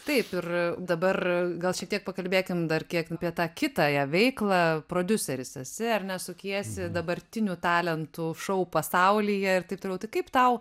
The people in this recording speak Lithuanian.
taip ir dabar gal šiek tiek pakalbėkim dar kiek apie tą kitąją veiklą prodiuseris esi ar ne sukiesi dabartinių talentų šou pasaulyje ir taip toliau tai kaip tau